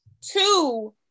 Two